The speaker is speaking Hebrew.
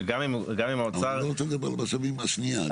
שגם אם האוצר --- רגע,